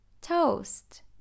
Toast